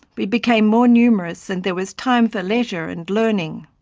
we became more numerous and there was time for leisure and learning.